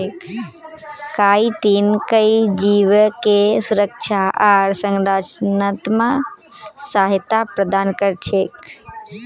chitin कई जीवके सुरक्षा आर संरचनात्मक सहायता प्रदान कर छेक